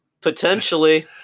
potentially